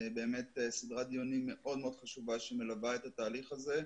באמת סדרת דיונים מאוד חשובה שמלווה את התהליך הזה.